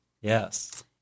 Yes